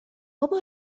بابا